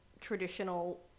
traditional